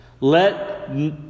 let